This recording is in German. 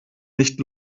nicht